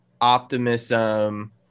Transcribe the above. optimism